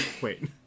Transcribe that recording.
Wait